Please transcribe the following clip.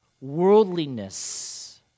Worldliness